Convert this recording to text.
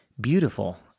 beautiful